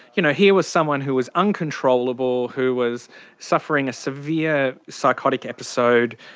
you know, here was someone who was uncontrollable, who was suffering a severe psychotic episode,